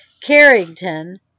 Carrington